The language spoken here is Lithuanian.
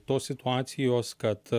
tos situacijos kad